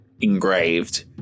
engraved